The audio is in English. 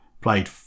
played